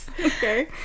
Okay